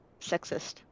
sexist